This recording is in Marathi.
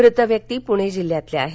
मृत व्यक्ति पुणे जिल्ह्यातील आहेत